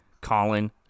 Colin